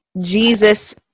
Jesus